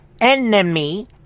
enemy